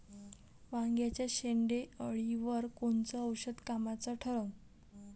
वांग्याच्या शेंडेअळीवर कोनचं औषध कामाचं ठरन?